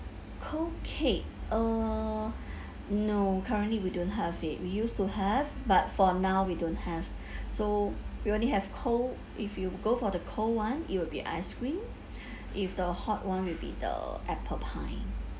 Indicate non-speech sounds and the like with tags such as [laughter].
coke cake uh no currently we don't have it we used to have but for now we don't have so we only have cold if you go for the cold one it will be ice cream [breath] if the hot one will be the apple pie